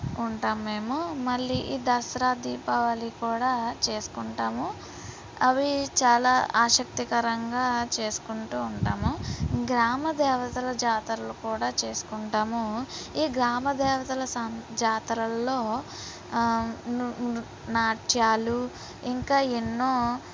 ఉంటాము మేము మళ్ళీ ఈ దసరా దీపావళి కూడా చేసుకుంటాము అవి చాలా ఆసక్తికరంగా చేసుకుంటూ ఉంటాము గ్రామ దేవతల జాతరలు కూడా చేసుకుంటాము ఈ గ్రామ దేవతల స జాతరల్లో ను నాట్యాలు ఇంకా ఎన్నో